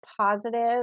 positive